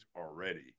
already